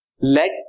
Let